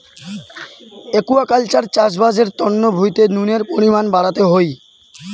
aquaculture চাষবাস এর তন্ন ভুঁইতে নুনের পরিমান বাড়াতে হই